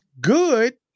good